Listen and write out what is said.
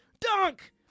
Dunk